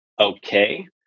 okay